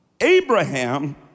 Abraham